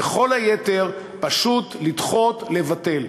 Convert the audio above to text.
וכל היתר, פשוט לדחות, לבטל.